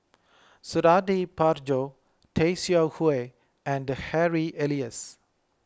Suradi Parjo Tay Seow Huah and Harry Elias